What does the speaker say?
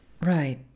Right